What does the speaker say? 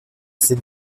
cette